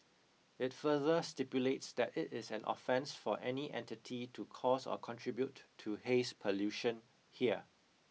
it further stipulates that it is an offence for any entity to cause or contribute to haze pollution here